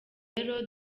rero